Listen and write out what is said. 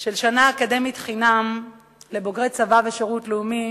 של שנה אקדמית חינם לבוגרי צבא ושירות לאומי